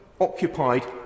occupied